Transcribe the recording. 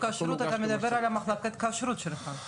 גוף כשרות, אתה מדבר על מחלקת הכשרות שלך?